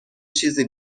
چیزی